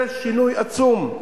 זה שינוי עצום.